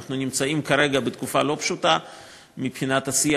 אנחנו נמצאים כרגע בתקופה לא פשוטה מבחינת השיח